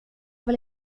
vill